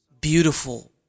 beautiful